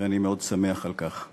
ואני מאוד שמח על כך.